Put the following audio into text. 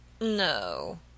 No